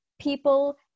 people